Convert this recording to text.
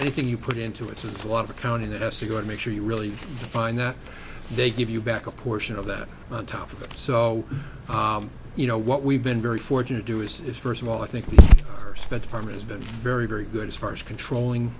anything you put into it's a lot of accounting that has to go to make sure you really find that they give you back a portion of that on top of that so you know what we've been very fortunate do is is first of all i think her spent army has been very very good as far as controlling